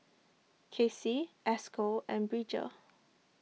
Casie Esco and Bridger